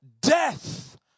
death